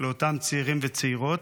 לאותם צעירים וצעירות.